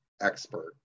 expert